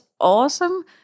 awesome